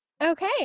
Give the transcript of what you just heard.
Okay